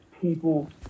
people